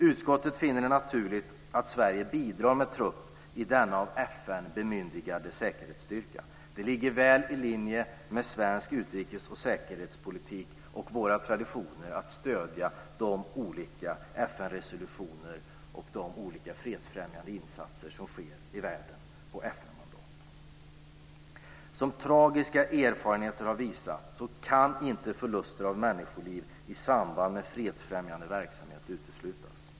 Utskottet finner det naturligt att Sverige bidrar med trupp i denna av FN bemyndigade säkerhetsstyrka. Det ligger väl i linje med svensk utrikes och säkerhetspolitik och våra traditioner att stödja FN resolutioner och de fredsfrämjande insatser som sker i världen på FN-mandat. Som tragiska erfarenheter har visat kan inte förluster av människoliv i samband med fredsfrämjande verksamhet uteslutas.